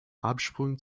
absprung